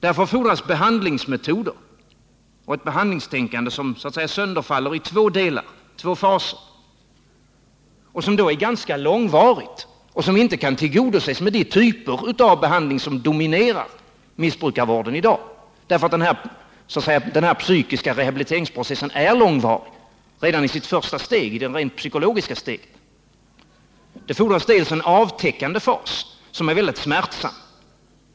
Därför fordras behandlingsmetoder och ett behandlingstänkande som så att säga sönderfaller i två faser, något som är ganska långvarigt och som inte kan tillgodoses med de typer av behandling som dominerar missbrukarvården i dag. Den psykiska rehabiliteringsprocessen är långvarig redan i sitt första steg, i det rent psykologiska steget. Det fordras först en avtäckande fas, som är mycket smärtsam.